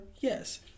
yes